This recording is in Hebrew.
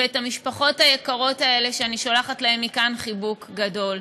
ולמשפחות היקרות האלה שאני שולחת להן מכאן חיבוק גדול.